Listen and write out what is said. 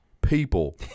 people